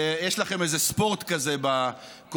יש לכם איזה ספורט כזה בקואליציה,